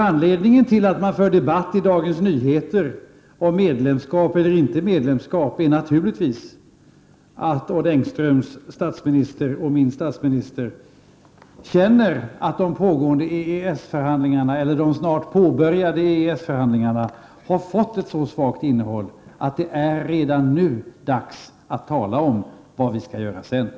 Anledningen till att det förs en debatt i Dagens Nyheter om medlemskap eller inte medlemskap är naturligtvis att Odd Engströms och min statsminister känner att de snart påbörjade EES-förhandlingarna har fått ett så svagt innehåll att det redan nu är dags att tala om vad vi skall göra senare.